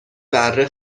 بره